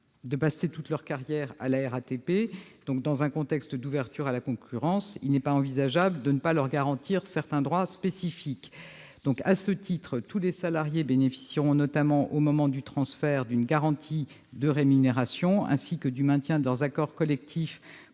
faire toute leur carrière à la RATP. Dans un contexte d'ouverture à la concurrence, il n'est pas envisageable de ne pas leur garantir certains droits spécifiques. À ce titre, tous les salariés bénéficieront, notamment au moment du transfert, d'une garantie de rémunération et du maintien de leurs accords collectifs